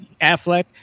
Affleck